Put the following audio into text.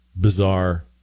bizarre